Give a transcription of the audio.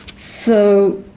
so